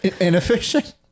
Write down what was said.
Inefficient